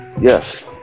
Yes